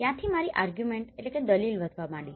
ત્યાંથી મારી આર્ગ્યુમેન્ટargumentદલીલ વધવા માંડી